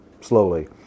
slowly